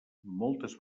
moltes